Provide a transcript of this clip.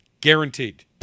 Guaranteed